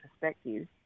perspective